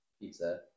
pizza